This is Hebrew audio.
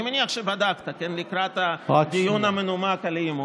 אני מניח שבדקת לקראת הדיון המלומד על האי-אמון.